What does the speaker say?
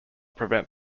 prevent